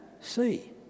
see